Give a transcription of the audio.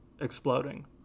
exploding